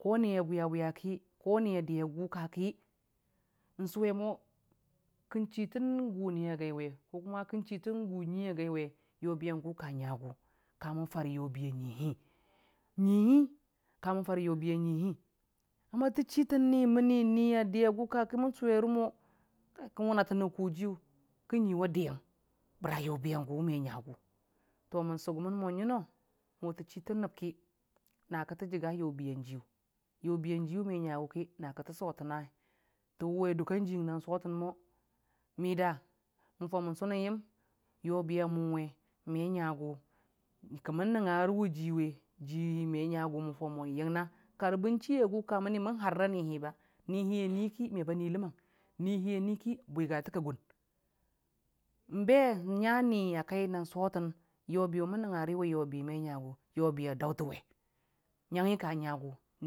Ko ni bwiya bwiya ki ko ni a diya gʊka ki kin sʊwe mo kən chi tən gu ni a gaiwe ko kən chi tən gu ngui a gaiwe yobiyangu ka ngagʊ kamən fare yobi a ngui higʊ ngui hi kamən fare yobi a ngui hi amm lə chi tʊn ni məni nihi a duya guka ki kən chi mən sʊwe rəmo kən wʊna təna kojiyʊ kə nguiwa niyəng bəra yobi yangu me ngagu to mən sugumən mo ngəno mo tə chi tən nəb ki naki tə jəga yobiyanjiyu, yobiyanjiyu me ngagu ki haki tə sotən tə wʊwe dʊka jiyəngki mida mən fau mən sʊnən yəm yobiyamʊwe me ngagu kəmən nəngnga wʊ jiwe nən fau mon yəngnga karbə chi agʊ kwani mən har nihi nihi a nuiki meba nui ləmang nihi a nui ki bwigate ka gun nbe nga nihi akai nən sotən yobi mən nəngngariwe yobi me ngagu ka dauuwe ngəng hi ka ngagu ki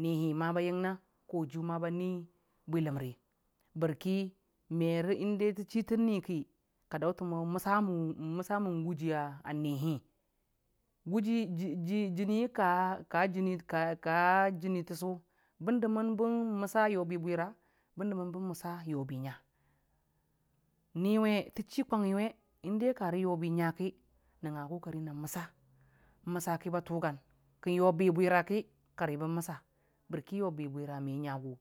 nihi ma ba yəngna kojiyə ba nui bwi ləm ri bərki merə dai indai tə ci tən ni ki ka dautənwe məsa mən nməsam gʊji a nihi guji jəni ka kaa jəni təsu bən dəmən bən məsa yobi nga bən dəma məsa yo bwira niwe tʊ chi kwangngi we indai karə yobi nga ki nəngnga nən məsa, məsa ki ba təgan ki yobi bwira ki kari bən məsa borki yobi bwira me ngagu.